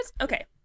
okay